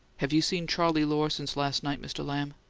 have you seen charley lohr since last night, mr. lamb?